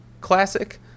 Classic